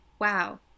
Wow